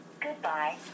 Goodbye